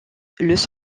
los